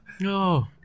no